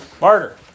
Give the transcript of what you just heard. Martyr